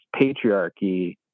patriarchy